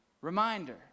Reminder